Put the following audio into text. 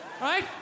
right